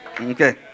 Okay